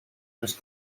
nos